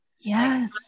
Yes